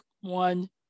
one